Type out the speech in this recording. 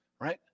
right